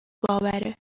باوره